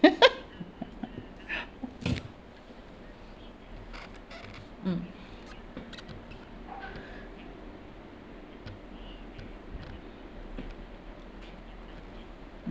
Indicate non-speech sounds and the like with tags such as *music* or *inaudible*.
*laughs* mm